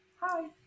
Hi